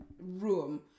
room